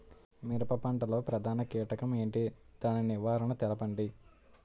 మిరప పంట లో ప్రధాన కీటకం ఏంటి? దాని నివారణ తెలపండి?